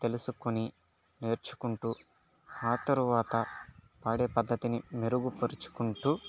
తెలుసుకొని నేర్చుకుంటూ ఆ తరువాత పాడే పద్ధతిని మెరుగుపరుచుకుంటూ